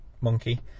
monkey